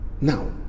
Now